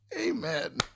amen